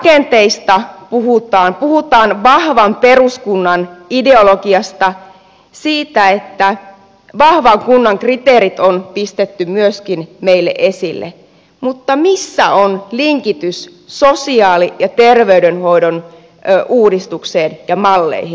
kuntarakenteista puhutaan puhutaan vahvan peruskunnan ideologiasta siitä että vahvan kunnan kriteerit on pistetty myöskin meille esille mutta missä on linkitys sosiaali ja terveydenhoidon uudistukseen ja malleihin